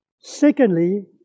Secondly